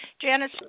Janice